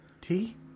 Tea